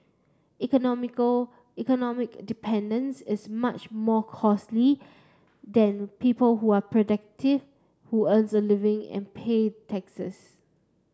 economical economic dependence is much more costly than people who are productive who earns a living and pay taxes